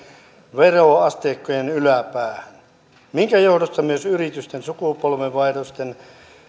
veroasteikkojen yläpäähän minkä johdosta myös yritysten sukupolvenvaihdosten